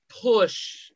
push